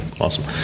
Awesome